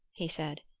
he said,